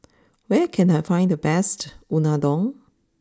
where can I find the best Unadon